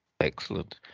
excellent